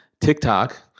TikTok